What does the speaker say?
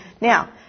Now